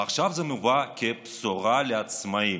ועכשיו זה מובא כבשורה לעצמאים.